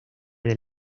del